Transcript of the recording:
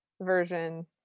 version